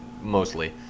mostly